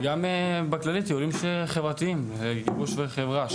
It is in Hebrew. וגם בכללית טיולים חברתיים גיבוש וחברה,